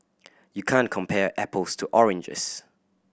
you can't compare apples to oranges